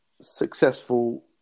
successful